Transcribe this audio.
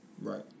Right